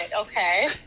Okay